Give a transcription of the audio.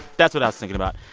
that's what i was thinking about.